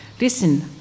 Listen